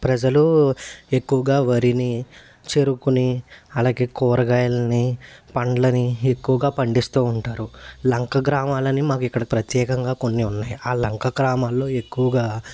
ప్రజలు ఎక్కువగా వరిని చెరుకుని అలాగే కూరగాయలని పండ్లని ఎక్కువగా పండిస్తుంటారు లంక గ్రామాలని మాకు ఇక్కడ ప్రత్యేకంగా కొన్ని ఉన్నాయి లంక గ్రామాలలో ఎక్కువగా